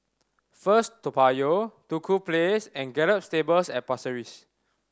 First Toa Payoh Duku Place and Gallop Stables at Pasir Ris